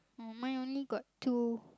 mine only got two